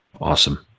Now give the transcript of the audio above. Awesome